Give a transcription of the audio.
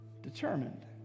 determined